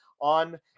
on